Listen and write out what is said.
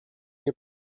nie